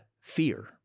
fear